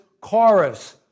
chorus